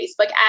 Facebook